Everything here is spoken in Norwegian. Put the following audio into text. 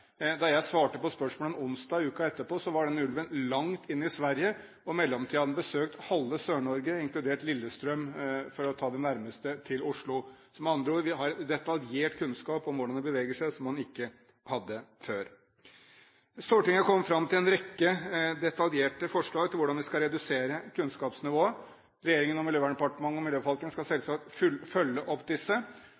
Da jeg svarte på spørsmålet onsdag uken etter, var den ulven langt inne i Sverige. I mellomtiden hadde den besøkt halve Sør-Norge, inkludert Lillestrøm, for å ta det nærmeste til Oslo. Med andre ord: Vi har detaljert kunnskap om hvordan den beveger seg, noe man ikke hadde før. Stortinget har kommet fram til en rekke detaljerte forslag når det gjelder kunnskapsnivået. Regjeringen, Miljøverndepartement og miljøforvaltningen skal